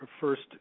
first